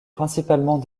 principalement